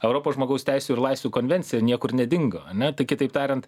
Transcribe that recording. europos žmogaus teisių ir laisvių konvencija niekur nedingo ane tai kitaip tariant